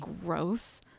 gross